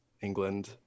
England